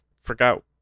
forgot